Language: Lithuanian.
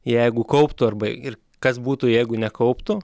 jeigu kauptų arba ir kas būtų jeigu nekauptų